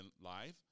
live